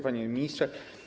Panie Ministrze!